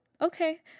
okay